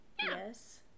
yes